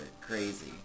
crazy